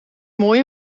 mooi